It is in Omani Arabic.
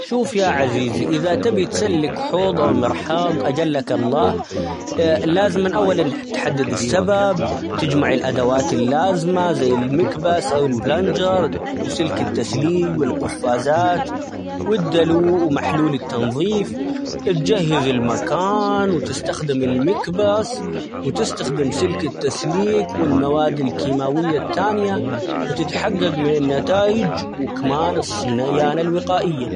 شوف يا عزيزي إذا تبي تسلك حوض ،أو مرحاض أجلك الله لازم من أول -إن تح- تحدد السبب تجمع الأدوات اللازمة زي المكبس ،أو البلنجر ،وسلك التسليك، والقفازات ، والدلو ،ومحلول التنظيف ،اتجهز المكان وتستخدم المكبس، وتستخدم سلك التسليك والمواد الكيماوية التانية، وتتحقق من النتايج ،وكمان -الصني- الصيانة الوقائية.